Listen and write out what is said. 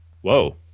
Whoa